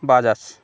Bajaj